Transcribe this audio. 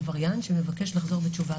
עבריין שמבקש לחזור בתשובה,